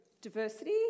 diversity